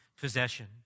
possession